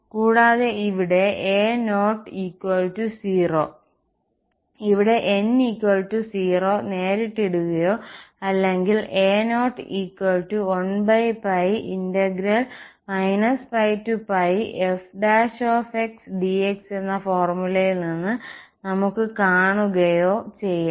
കൂടാതെ ഇവിടെ a'0 0 ഇവിടെ n 0 നേരിട്ട് ഇടുകയോ അല്ലെങ്കിൽ a'0 1 πf dxഎന്ന ഫോർമുലയിൽ നിന്ന് നമുക്ക് കാണുകയോ ചെയ്യാം